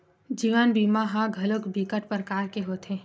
जीवन बीमा ह घलोक बिकट परकार के होथे